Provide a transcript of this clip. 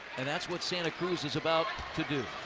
and that's what santa cruz is about to do.